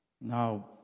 Now